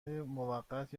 موقت